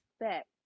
expect